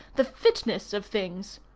the fitness of things.